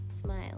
smile